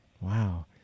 Wow